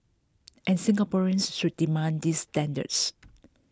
and Singaporeans should demand these standards